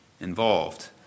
involved